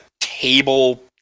table